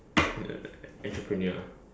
entrepreneur